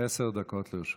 בבקשה, עשר דקות לרשותך.